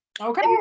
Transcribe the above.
okay